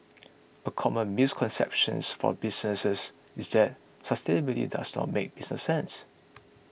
a common misconceptions for businesses is that sustainability does not make business sense